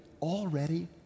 already